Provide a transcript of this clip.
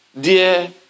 dear